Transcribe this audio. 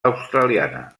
australiana